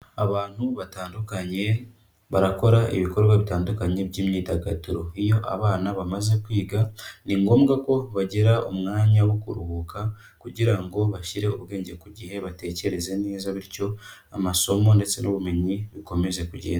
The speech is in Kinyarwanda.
Abantu batandukanye barakora ibikorwa bitandukanye by'imyidagaduro, iyo abana bamaze kwiga ni ngombwa ko bagira umwanya wo kuruhuka, kugira ngo bashyire ubwenge ku gihe batekere neza bityo, amasomo ndetse n'ubumenyi bukomeze kuge...